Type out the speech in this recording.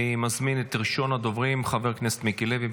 אני מזמין את ראשון הדוברים, חבר הכנסת מיקי לוי.